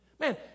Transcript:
Man